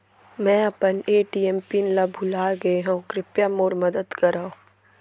मै अपन ATM pin ला भूलागे हव, कृपया मोर मदद करव